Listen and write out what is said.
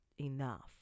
enough